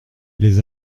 les